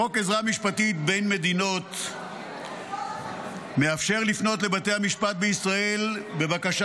חוק עזרה משפטית בין מדינות מאפשר לפנות לבתי המשפט בישראל בבקשה